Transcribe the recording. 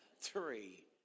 Three